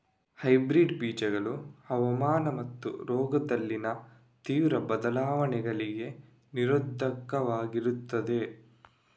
hybrid ಬೀಜಗಳು ಹವಾಮಾನ ಮತ್ತು ರೋಗದಲ್ಲಿನ ತೀವ್ರ ಬದಲಾವಣೆಗಳಿಗೆ ನಿರೋಧಕವಾಗಿರ್ತದೆ